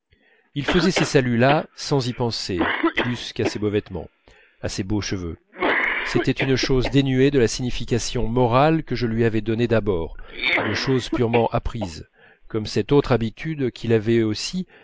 il faisait ces saluts là sans y penser plus qu'à ses beaux vêtements à ses beaux cheveux c'était une chose dénuée de la signification morale que je lui avais donnée d'abord une chose purement apprise comme cette autre habitude qu'il avait aussi